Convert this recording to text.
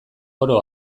oro